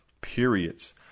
periods